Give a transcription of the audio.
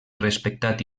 respectat